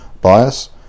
bias